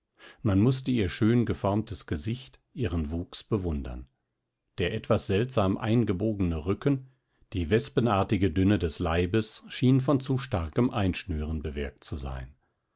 man mußte ihr schöngeformtes gesicht ihren wuchs bewundern der etwas seltsam eingebogene rücken die wespenartige dünne des leibes schien von zu starkem einschnüren bewirkt zu sein